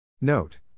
Note